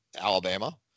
Alabama